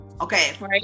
Okay